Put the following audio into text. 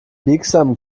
biegsamen